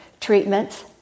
treatments